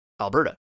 Alberta